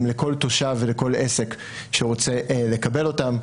לכל תושב ולכל עסק שרוצה לקבל אותם.